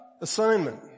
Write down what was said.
assignment